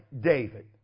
David